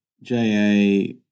JA